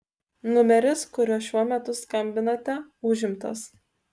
numeris kuriuo šiuo metu skambinate užimtas